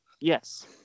Yes